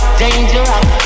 dangerous